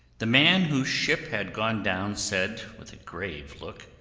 the man whose ship had gone down said with a grave look,